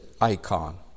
icon